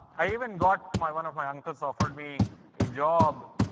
i even got my one of my uncle so offered me a job